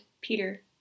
peter